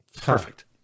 Perfect